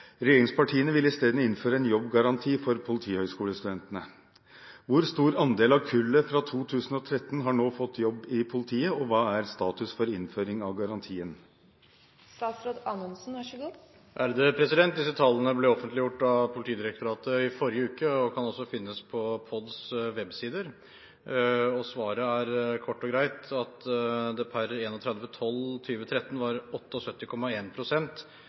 Regjeringspartiene ville isteden innføre en jobbgaranti for politihøyskolestudentene. Hvor stor andel av kullet fra 2013 har nå fått jobb i politiet, og hva er status for innføring av garantien?» Disse tallene ble offentliggjort av Politidirektoratet, POD, i forrige uke og kan også finnes på PODs web-sider. Svaret er kort og greit at per 31. desember 2013 hadde 78,1 pst. av dem som gikk ut våren 2013, fått jobb. Det illustrerer på en